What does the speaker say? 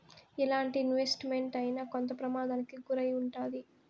ఎలాంటి investment అయినా కొంత ప్రమాదానికి గురై ఉంటాది